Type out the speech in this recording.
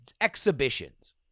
exhibitions